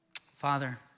Father